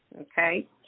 Okay